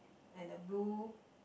and the blue